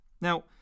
Now